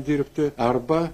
dirbti arba